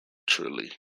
trulli